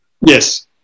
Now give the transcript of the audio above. yes